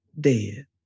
dead